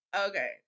Okay